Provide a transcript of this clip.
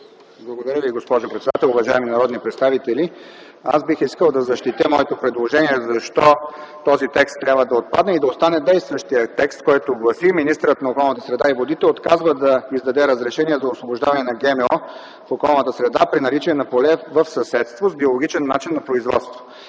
Благодаря Ви, госпожо председател. Уважаеми народни представители, аз бих искал да защитя моето предложение защо този текст трябва да отпадне и да остане действащия текст, който гласи: „Министърът на околната среда и водите отказва да издаде разрешение за освобождаване на ГМО в околната среда при наличие на поле в съседство с биологичен начин на производство”.